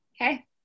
okay